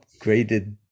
upgraded